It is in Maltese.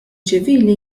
ċivili